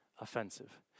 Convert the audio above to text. offensive